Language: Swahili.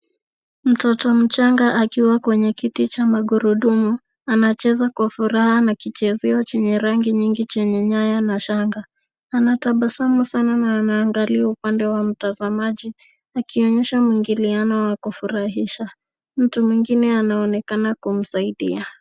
Mtoto mchanga akiwa kwenye kiti cha magurudumu anacheza kwa furaha na kichezeo chenye rangi nyingi chenye nyaya na shanga. Anatabasamu sana na anaangalia upande wa mtazamaji akionyesha mwingiliano wa kufurahisha. Mtu mwingine anaonekana kumsaidia.